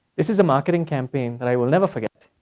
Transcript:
this is a marketing campaign that i will never forget.